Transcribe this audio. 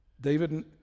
david